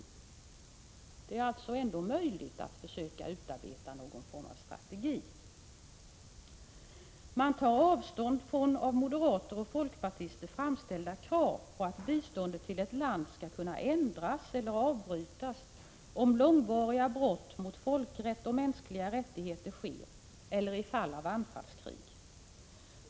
Det är alltså ändå möjligt att försöka utarbeta någon form av strategi. Man tar avstånd från av oss moderater och folkpartister framställda krav på att biståndet till ett land skall kunna ändras eller avbrytas om långvariga brott mot folkrätt och mänskliga rättigheter sker eller i fall av anfallskrig.